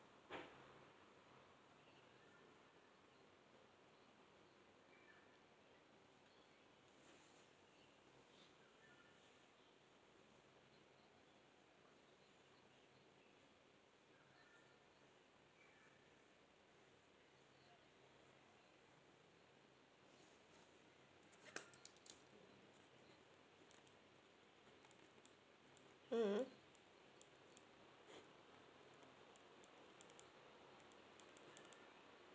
mm